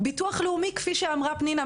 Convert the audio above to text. ביטוח לאומי כפי שאמרה פנינה,